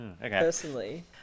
Personally